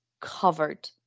covered